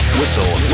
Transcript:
Whistle